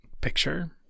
picture